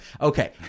Okay